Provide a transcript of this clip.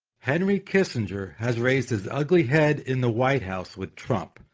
henry kissinger has raised his ugly head in the white house with trump,